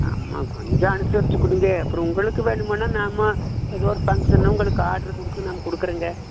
ஆமாம் கொஞ்சம் அனுசரித்து கொடுங்க அப்புறம் உங்களுக்கு வேணுமுன்னா நாம் ஏதோ ஒரு ஃபங்ஷனுன்னா உங்களுக்கு ஆடர் கொடுத்து நான் குடுக்குறேங்க